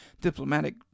diplomatic